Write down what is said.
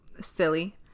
silly